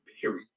Period